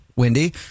Wendy